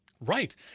Right